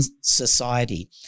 society